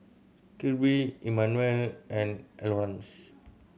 Kirby Immanuel and Eleonore